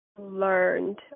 learned